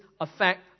affect